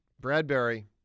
Bradbury